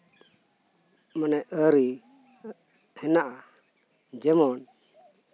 ᱢᱟᱱᱮ ᱟᱹᱨᱤ ᱦᱮᱱᱟᱜᱼᱟ ᱡᱮᱢᱚᱱ